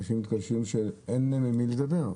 אנשים טוענים שאין להם עם מי לדבר.